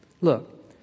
Look